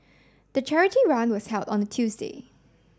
the charity run was held on a Tuesday